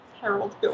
Harold